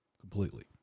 completely